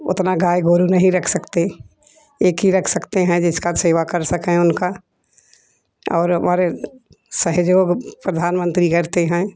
उतना गाय गोरु नही रख सकते एक ही रख सकते है जिसका सेवा कर सके उनका और हमारे सहयोग प्रधानमंत्री करते है